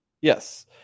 yes